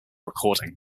recording